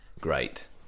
Great